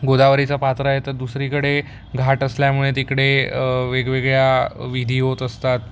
गोदावरीचा पात्र आहे तर दुसरीकडे घाट असल्यामुळे तिकडे वेगवेगळ्या विधी होत असतात